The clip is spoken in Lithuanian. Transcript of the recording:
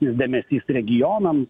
dėmesys regionam